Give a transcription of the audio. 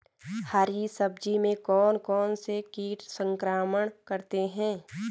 हरी सब्जी में कौन कौन से कीट संक्रमण करते हैं?